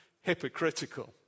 hypocritical